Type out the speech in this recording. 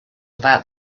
about